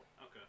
Okay